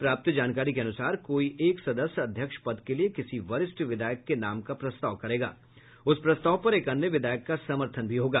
प्राप्त जानकारी के अनुसार कोई एक सदस्य अध्यक्ष पद के लिए किसी वरिष्ठ विधायक के नाम का प्रस्ताव करेंगे उस प्रस्ताव पर एक अन्य विधायक का समर्थन भी होगा